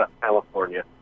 California